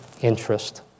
interest